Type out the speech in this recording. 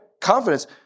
confidence